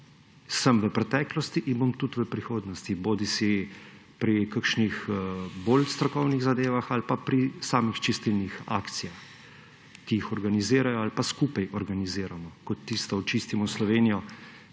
sem v preteklosti in bom tudi v prihodnosti bodisi pri kakšnih bolj strokovnih zadevah ali pa pri samih čistilnih akcijah, ki jih organizirajo ali pa skupaj organiziramo, kot tisto Očistimo Slovenijo,